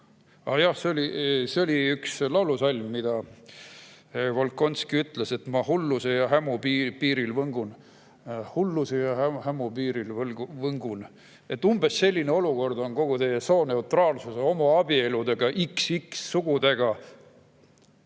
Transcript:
jah, see oli üks laulusalm, mida Volkonski ütles: ma hulluse ja hämu piiril võngun. Hulluse ja hämu piiril võngun – umbes selline olukord on kogu teie sooneutraalsuse, homoabielude ja xx‑sugudega